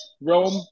Rome